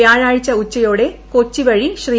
വ്യാഴാഴ്ച ഉച്ചയോടെ കൊച്ചിവഴി ശ്രീ